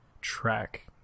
track